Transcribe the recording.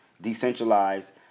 decentralized